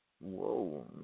Whoa